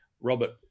Robert